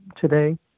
today